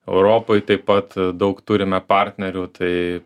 europoj taip pat daug turime partnerių tai